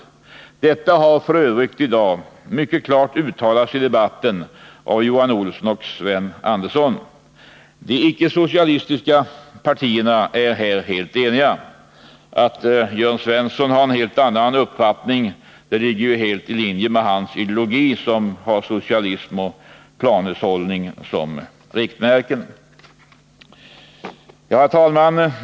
Detta har f. ö. uttalats mycket klart i debatten i dag av Johan Olsson och Sven Andersson. De icke socialistiska partierna är här helt eniga. Att Jörn Svensson har en annan uppfattning ligger i linje med hans ideologi, som har socialism och planhushållning som riktmärken. Herr talman!